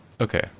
Okay